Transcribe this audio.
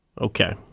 Okay